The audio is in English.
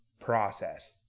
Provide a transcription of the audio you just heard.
process